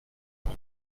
pour